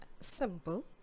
Simple